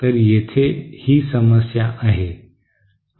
तर येथे ही समस्या आहे